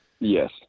Yes